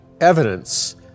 evidence